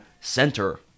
center